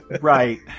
right